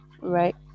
right